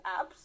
apps